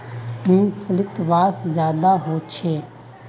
मूंग्फलीत वसा ज्यादा होचे